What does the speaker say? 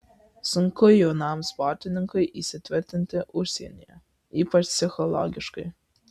sunku jaunam sportininkui įsitvirtinti užsienyje ypač psichologiškai